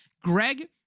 Greg